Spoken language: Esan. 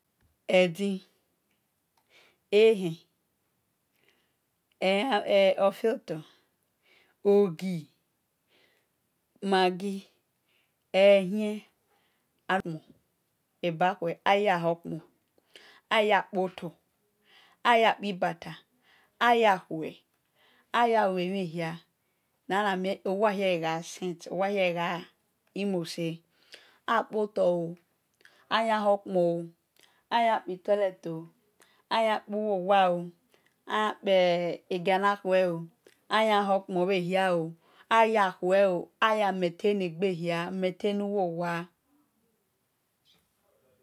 Edi ehen ofiotor ogi maggi ehien ami ebakue aya hor kpon aya kpo tor aya kpi bata ayakhure aya lue mhi hia nana mie owa hia gha sent owa hia gha mose aha kpotor ahor kpon a kpi toilet oo aya kpuwowa ooo ayan kpe egiana khueoo aya kueoo aya hokpo aya maintenin egbehia metaini uwowa